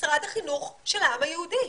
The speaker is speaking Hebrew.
כמשרד החינוך של העם היהודי.